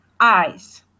eyes